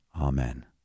Amen